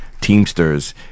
teamsters